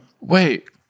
Wait